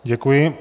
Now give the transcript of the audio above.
Děkuji.